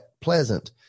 pleasant